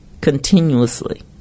continuously